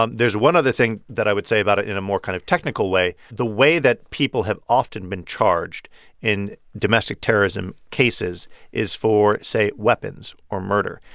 um there's one other thing that i would say about it in a more kind of technical way. the way that people have often been charged in domestic terrorism cases is for, say, weapons or murder.